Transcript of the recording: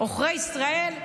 "עוכרי ישראל".